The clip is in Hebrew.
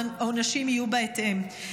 והעונשים יהיו בהתאם.